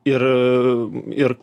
ir ir